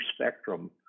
spectrum